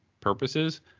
purposes